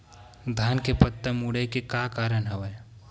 धान के पत्ता मुड़े के का कारण हवय?